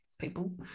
people